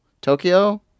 Tokyo